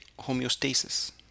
homeostasis